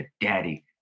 Daddy